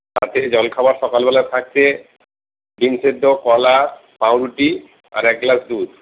তাছাড়া জলখাবার সকলবেলা থাকছে ডিম সেদ্ধ কলা পাউরুটি আর এক গ্লাস দুধ